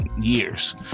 years